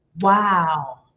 Wow